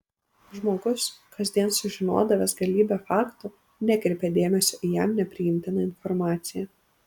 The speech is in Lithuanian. žmogus kasdien sužinodavęs galybę faktų nekreipė dėmesio į jam nepriimtiną informaciją